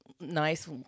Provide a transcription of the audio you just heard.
nice